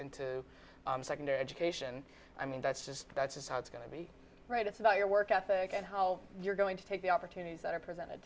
into secondary education i mean that's just that's just how it's going to be right it's about your work ethic and how you're going to take the opportunities that are presented